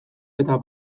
eta